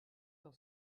del